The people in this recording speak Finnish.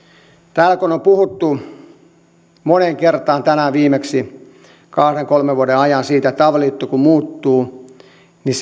täällä kun on puhuttu moneen kertaan tänään viimeksi kahden viiva kolmen vuoden ajan siitä että avioliitto kun muuttuu niin